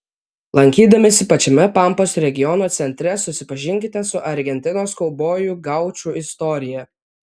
lankydamiesi pačiame pampos regiono centre susipažinkite su argentinos kaubojų gaučų istorija